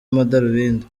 amadarubindi